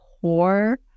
core